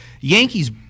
Yankees